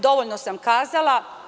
Dovoljno sam kazala.